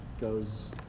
goes